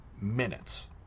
minutes